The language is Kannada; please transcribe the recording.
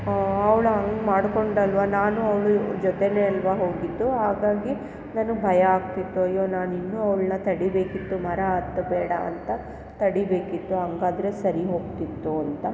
ಅವ್ಳು ಹಂಗೆ ಮಾಡ್ಕೊಂಡಳಲ್ವ ನಾನು ಅವಳು ಜೊತೆಯೇ ಅಲ್ವ ಹೋಗಿದ್ದು ಹಾಗಾಗಿ ನನಗೆ ಭಯ ಆಗ್ತಿತ್ತು ಅಯ್ಯೊ ನಾನು ಇನ್ನೂ ಅವ್ಳನ್ನ ತಡಿಬೇಕಿತ್ತು ಮರ ಹತ್ತ ಬೇಡ ಅಂತ ತಡಿಬೇಕಿತ್ತು ಹಾಗಾದ್ರೆ ಸರಿ ಹೋಗ್ತಿತ್ತು ಅಂತ